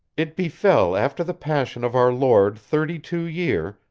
it befell after the passion of our lord thirty-two year,